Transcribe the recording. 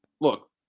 look